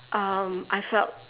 um I felt